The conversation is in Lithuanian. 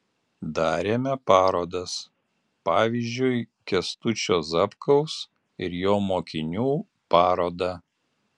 darėme parodas pavyzdžiui kęstučio zapkaus ir jo mokinių parodą